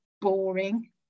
boring